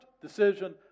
decision